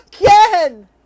Again